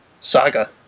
saga